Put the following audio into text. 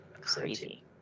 crazy